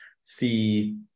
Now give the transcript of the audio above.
see